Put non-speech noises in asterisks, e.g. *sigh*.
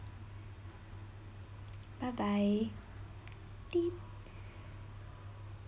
bye bye *noise*